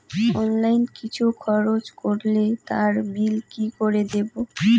Online কিছু খরচ করলে তার বিল কি করে দেবো?